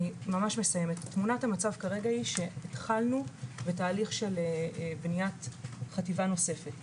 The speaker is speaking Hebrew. תמונת המצב הוא שכרגע התחלנו בתהליך בנייה של חטיבה נוספת,